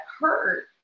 hurt